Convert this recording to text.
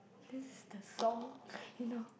this is the song you know